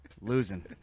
Losing